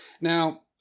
Now